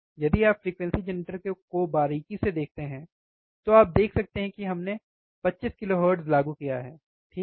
यदि आप frequency generator के को बारीकी से देखते हैं तो आप देख सकते हैं कि हमने 25 किलोहर्ट्ज़ लागू किया है ठीक है